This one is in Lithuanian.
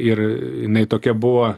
ir jinai tokia buvo